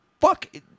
Fuck